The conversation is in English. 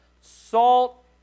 Salt